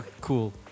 cool